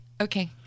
Okay